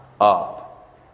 up